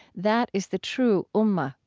that is the true ummah,